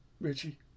richie